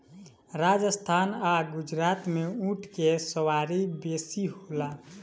राजस्थान आ गुजरात में ऊँट के सवारी बेसी होला